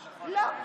לא.